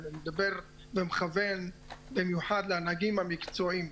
אני מדבר ומכוון במיוחד לנהגים המקצועיים,